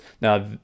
Now